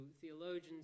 theologians